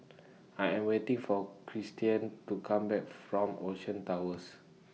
I Am waiting For Kristian to Come Back from Ocean Towers